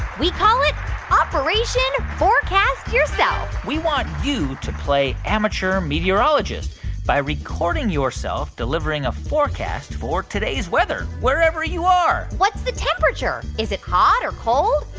we call it operation forecast yourself we want you to play amateur meteorologist by recording yourself delivering a forecast for today's weather, wherever you are what's the temperature? is it hot or cold?